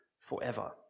forever